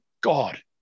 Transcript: god